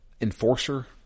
Enforcer